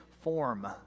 form